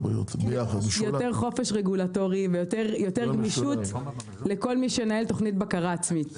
יותר חופש רגולטורי לכל מי שמנהל תוכנית בקרה עצמית.